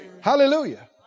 Hallelujah